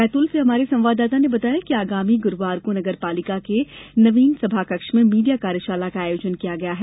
बैतूल से हमारे संवाददाता ने बताया है कि आगामी गुरूवार को नगरपालिका के नवीन सभाकक्ष में मीडिया कार्यशाला का आयोजन किया गया है